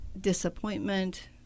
disappointment